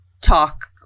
talk